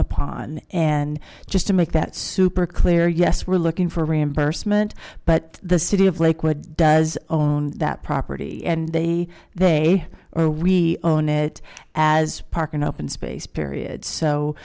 upon and just to make that super clear yes we're looking for reimbursement but the city of like what does that property and they they are we own it as a park and open space period so